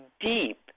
deep